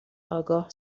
آگاه